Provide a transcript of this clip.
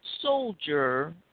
soldier